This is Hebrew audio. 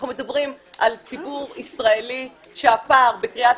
אנחנו מדברים על ציבור ישראלי שהפער בקריאת